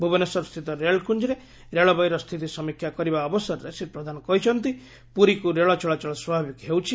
ଭୁବନେଶ୍ୱରସ୍ଥିତ ରେଳକୁଞାରେ ରେଳବାଇର ସ୍ଥିତି ସମୀକ୍ଷା କରିବା ଅବସରରେ ଶ୍ରୀ ପ୍ରଧାନ କହିଛନ୍ତି ପୁରୀକୁ ରେଳ ଚଳାଚଳ ସ୍ୱାଭାବିକ ହେଉଛି